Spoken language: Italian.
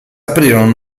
aprirono